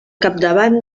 capdavant